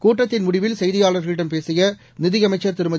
கூட்டத்தின் முடிவில் செய்தியாளர்களிடம் பேசிய நிதியமைச்சர் திருமதி